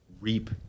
reap